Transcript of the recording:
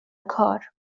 کار